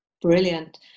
Brilliant